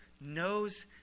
knows